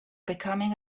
becoming